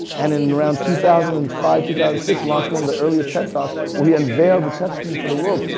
and in around two thousand and five, two thousand and six, launched one of the earliest ted talks, where he unveiled the touch screen for the world.